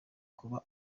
kuba